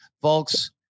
folks